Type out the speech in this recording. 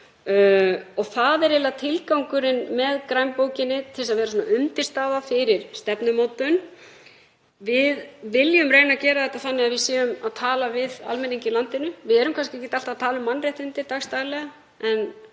eiginlega tilgangurinn með grænbókinni, að vera undirstaða fyrir stefnumótun. Við viljum reyna að gera þetta þannig að við séum að tala við almenning í landinu. Við erum kannski ekki alltaf að tala um mannréttindi dagsdaglega